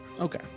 Okay